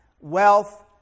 wealth